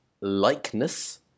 likeness